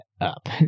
up